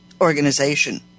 organization